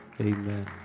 Amen